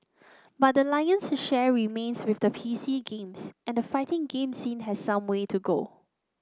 but the lion's share remains with P C games and the fighting game scene has some way to go